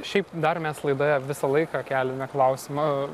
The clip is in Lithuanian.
šiaip dar mes laidoje visą laiką keliame klausimą